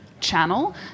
channel